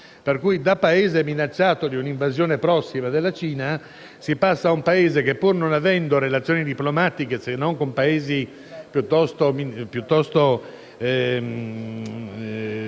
Pertanto, da Paese minacciato di un'invasione prossima della Cina, si passa ad un Paese che, pur non avendo relazioni diplomatiche se non con Paesi non